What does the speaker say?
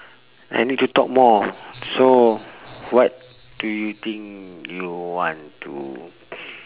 I need to talk more so what do you think you want to